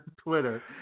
Twitter